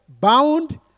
bound